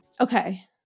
Okay